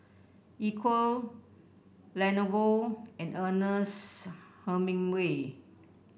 Equal Lenovo and Ernest Hemingway